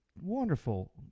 wonderful